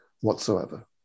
whatsoever